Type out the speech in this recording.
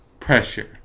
Pressure